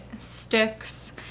sticks